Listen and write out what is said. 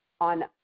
on